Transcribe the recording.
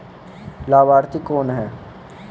लाभार्थी कौन है?